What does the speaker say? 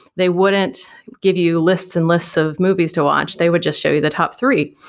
they wouldn't give you lists and lists of movies to watch. they would just show you the top three.